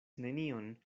nenion